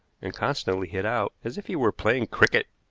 and constantly hit out, as if he were playing cricket